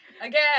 again